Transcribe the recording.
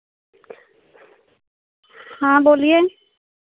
हाँ बोलिए